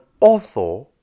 author